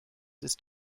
ist